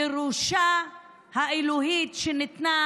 הירושה האלוהית שניתנה,